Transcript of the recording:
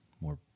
more